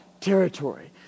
territory